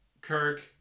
Kirk